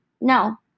No